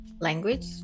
language